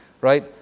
right